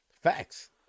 Facts